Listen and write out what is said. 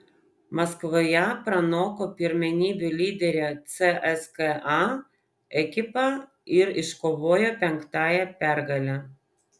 maskvoje pranoko pirmenybių lyderę cska ekipą ir iškovojo penktąją pergalę